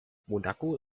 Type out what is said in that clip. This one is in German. monaco